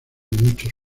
muchos